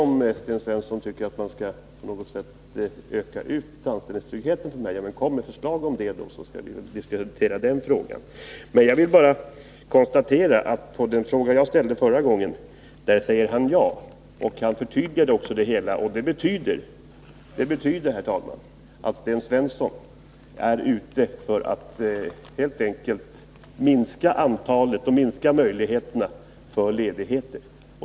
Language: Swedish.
Om Sten Svensson tycker att man på något sätt skall öka ut anställningstryggheten, vill jag säga: Kom då med förslag om det, så skall vi diskutera den frågan. Jag vill sedan bara konstatera att på den fråga jag ställde i mitt förra inlägg svarar Sten Svensson ja. Han förtydligade också svaret. Det betyder, herr talman, att Sten Svensson är ute för att helt enkelt minska möjligheterna till ledigheter.